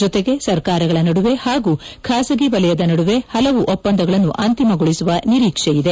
ಜೊತೆಗೆ ಸರ್ಕಾರಗಳ ನಡುವೆ ಹಾಗೂ ಖಾಸಗಿ ವಲಯದ ನಡುವೆ ಹಲವು ಒಪ್ಪಂದಗಳನ್ನು ಅಂತಿಮಗೊಳಿಸುವ ನಿರೀಕ್ಷೆ ಇದೆ